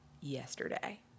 yesterday